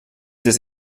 des